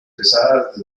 pesadas